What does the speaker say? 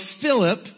Philip